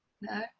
No